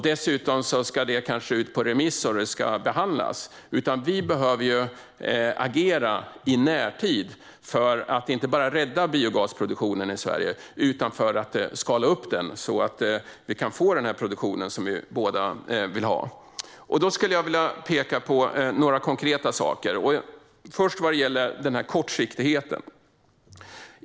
Dessutom ska det kanske ut på remiss och behandlas. Vi behöver agera i närtid för att inte bara rädda biogasproduktionen i Sverige utan också skala upp den så att vi kan få den produktion som vi båda vill ha. Jag skulle vilja peka på några konkreta saker. Den första gäller kortsiktigheten.